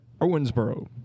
Owensboro